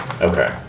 Okay